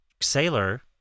sailor